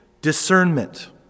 discernment